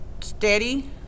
steady